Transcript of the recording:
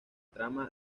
trama